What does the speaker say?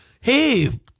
hey